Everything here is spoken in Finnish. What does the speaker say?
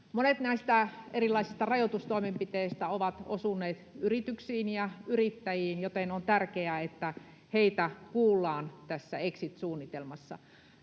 Monet näistä erilaisista rajoitustoimenpiteistä ovat osuneet yrityksiin ja yrittäjiin, joten on tärkeää, että heitä kuullaan tässä exit-suunnitelmassa.